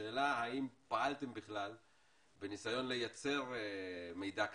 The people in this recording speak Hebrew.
השאלה, האם פעלתם בכלל בניסיון לייצר מידע כזה,